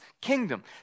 kingdom